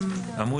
מוקמת